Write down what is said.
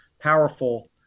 powerful